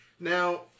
Now